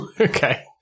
Okay